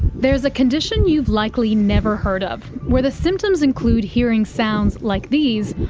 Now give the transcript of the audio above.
there's a condition you've likely never heard of, where the symptoms include hearing sounds like these,